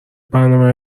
برنامه